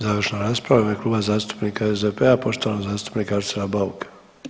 Završna rasprava u ime Kluba zastupnika SDP-a poštovanog zastupnika Arsena Bauka.